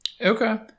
Okay